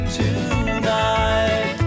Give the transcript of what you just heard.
tonight